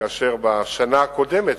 כאשר בשנה הקודמת,